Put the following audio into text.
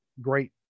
great